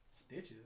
Stitches